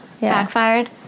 Backfired